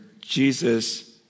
Jesus